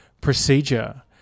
procedure